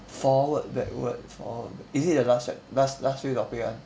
forward backward forward ba~ is it the last chap~ last last few topic one